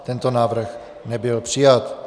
Tento návrh nebyl přijat.